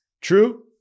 True